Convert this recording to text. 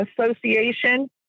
Association